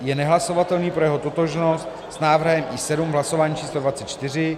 je nehlasovatelný pro jeho totožnost s návrhem I7 v hlasování č. dvacet čtyři